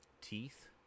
Teeth